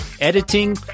editing